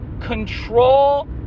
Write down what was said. control